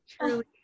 truly